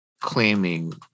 claiming